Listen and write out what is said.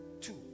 Two